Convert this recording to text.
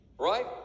Right